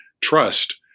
trust